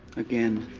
again.